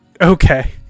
okay